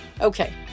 Okay